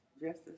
Justice